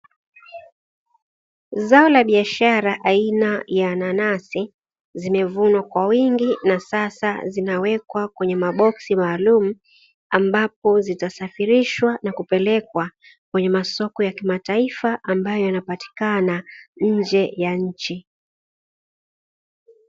Zao la biashara aina ya nanasi zimevunwa kwa wingi, na sasa zinawekwa kwenye maboksi maalumu ambapo zitasafilishwa na kupelekwa kwenye masoko ya kimataifa, ambayo yanapatikana nje ya nchi.